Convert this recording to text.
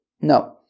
No